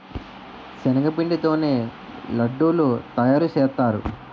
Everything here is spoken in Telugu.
శనగపిండి తోనే లడ్డూలు తయారుసేత్తారు